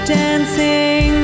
dancing